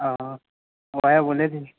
ओ ओएहा बोलै